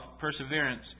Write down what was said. perseverance